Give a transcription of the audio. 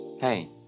Hey